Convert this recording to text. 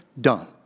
done